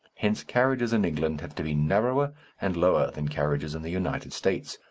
hence carriages in england have to be narrower and lower than carriages in the united states,